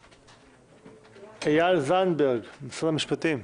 אייל זנדברג, משרד המשפטים.